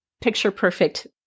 picture-perfect